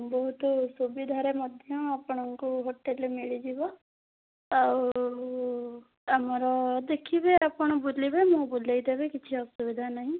ବହୁତ ସୁବିଧାରେ ମଧ୍ୟ ଆପଣଙ୍କୁ ହୋଟେଲ୍ ମିଳିଯିବ ଆଉ ଆମର ଦେଖିବେ ଆପଣ ବୁଲିବେ ମୁଁ ବୁଲେଇଦେବି କିଛି ଅସୁବିଧା ନାହିଁ